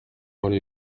muri